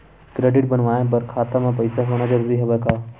Credit बनवाय बर खाता म पईसा होना जरूरी हवय का?